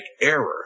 error